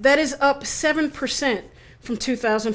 that is up seven percent from two thousand